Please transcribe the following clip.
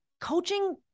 coaching